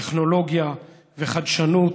טכנולוגיה וחדשנות.